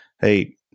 hey